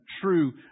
true